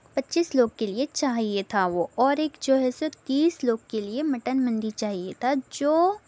پچیس لوگ کے لئے چاہئے تھا وہ اور ایک جو ہے سو تیس لوگ کے لئے مٹن مندی چاہیے تھا جو